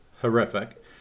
horrific